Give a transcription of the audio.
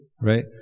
right